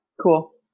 Cool